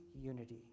unity